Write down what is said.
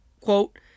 quote